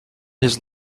his